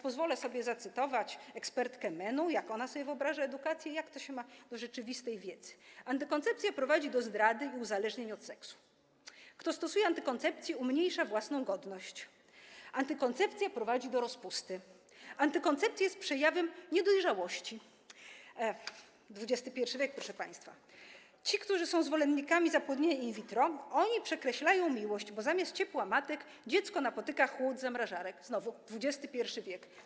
Pozwolę sobie zacytować ekspertkę MEN-u, jak ona sobie wyobraża edukację i jak to się ma do rzeczywistej wiedzy: antykoncepcja prowadzi do zdrady i uzależnień od seksu; kto stosuje antykoncepcję, umniejsza własną godność; antykoncepcja prowadzi do rozpusty; antykoncepcja jest przejawem niedojrzałości - XXI w., proszę państwa - ci, którzy są zwolennikami zapłodnienia in vitro, przekreślają miłość, bo zamiast ciepła matek dziecko napotyka chłód zamrażarek - to znowu XXI w.